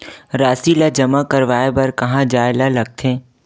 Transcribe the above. राशि ला जमा करवाय बर कहां जाए ला लगथे